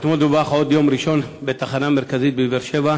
אתמול דווח על עוד יום ראשון בתחנה המרכזית בבאר-שבע.